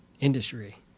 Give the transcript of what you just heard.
industry